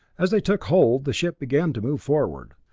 as they took hold, the ship began to move forward.